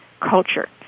culture